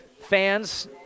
fans